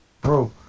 Bro